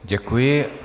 Děkuji.